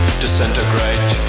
disintegrate